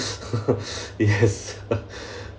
yes